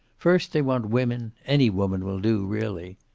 first they want women any woman will do, really.